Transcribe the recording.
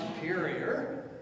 superior